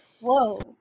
Whoa